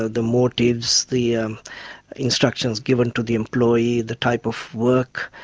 ah the motives, the instructions given to the employee, the type of work,